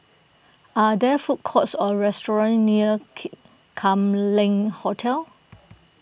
are there food courts or restaurants near Kee Kam Leng Hotel